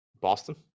Boston